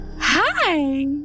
Hi